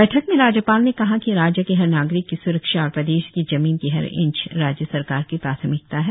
बैठक में राज्यपाल ने कहा कि राज्य के हर नागरीक की स्रक्षा और प्रदेश की जमीन की हर इंच राज्य सरकार की प्राथमिकता है